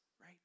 right